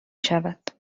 شود